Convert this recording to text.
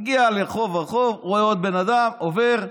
הגיע לסוף הרחוב, רואה עוד בן אדם עובר,